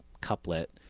couplet